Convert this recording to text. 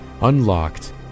unlocked